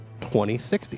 2060